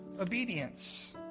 obedience